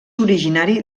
originari